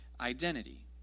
identity